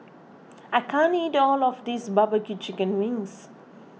I can't eat all of this Barbecue Chicken Wings